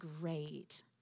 great